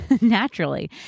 naturally